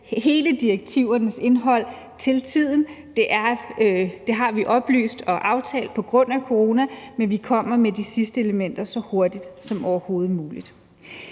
af direktiverne til tiden. Det har vi oplyst og aftalt, og det er på grund af corona, men vi kommer med de sidste elementer så hurtigt som overhovedet muligt.